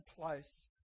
place